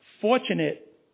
fortunate